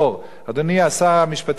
אדוני שר המשפטים לשעבר,